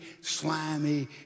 slimy